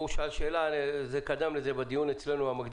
הוא שאל שאלה שנשאלה אצלנו בדיון המקדים.